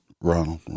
Ronald